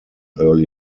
early